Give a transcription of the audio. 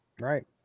right